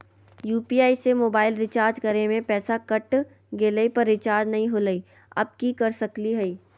UPI से mobile recharge करे में पैसा कट गेलई, पर रिचार्ज नई होलई, अब की कर सकली हई?